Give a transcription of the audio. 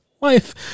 life